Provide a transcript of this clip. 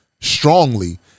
strongly